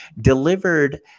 delivered